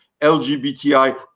LGBTI